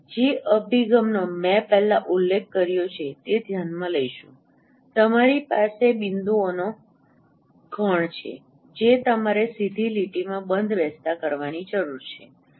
તેથી જે અભિગમનો મેં પહેલાં ઉલ્લેખ કર્યો છે તે ધ્યાનમાં લઇશું તમારી પાસે બિંદુઓનો ગણ છે જે તમારે સીધી લીટીમાં બંધબેસતા કરવાની જરૂર છે